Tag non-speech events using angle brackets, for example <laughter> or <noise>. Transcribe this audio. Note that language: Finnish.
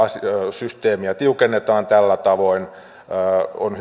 systeemiä tiukennetaan tällä tavoin on <unintelligible>